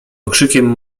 okrzykiem